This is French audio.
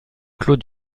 clos